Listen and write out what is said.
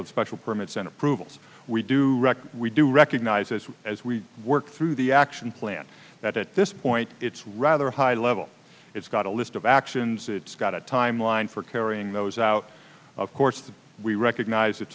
of special permits and approvals we do record we do recognize this as we work through the action plan that at this point it's rather high level it's got a list of actions it's got a timeline for carrying those out of course we recognize it